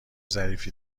ظریفی